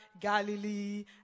Galilee